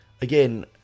again